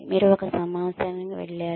మీరు ఒక సమావేశానికి వెళ్లారు